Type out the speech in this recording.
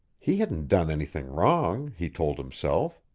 he hadn't done anything wrong, he told himself.